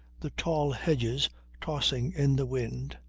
the tall hedges tossing in the wind,